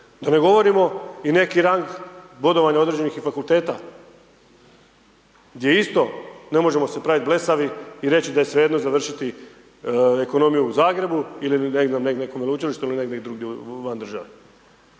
Da ne govorimo i neki rang bodovanja i određenih fakulteta gdje isto ne možemo se praviti blesavi i reći da je svejedno završiti ekonomiju u Zagrebu ili nekom veleučilištu ili negdje drugdje van države.